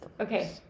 okay